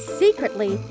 secretly